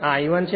આ I 1 છે